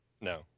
No